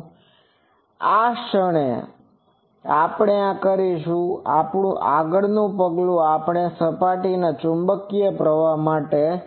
તેથી આ ક્ષણે આપણે આ કરીશું આપણું આગળનું પગલું આપણે આ સપાટીના ચુંબકીય પ્રવાહ માટેના